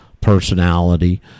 personality